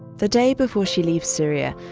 the day before she leaves syria,